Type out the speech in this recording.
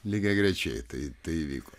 lygiagrečiai tai tai vyko